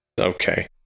Okay